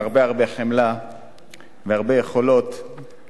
עם הרבה הרבה חמלה והרבה יכולות,